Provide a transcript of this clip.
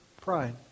pride